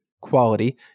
quality